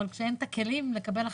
אבל כשאין את הכלים לקבל החלטות,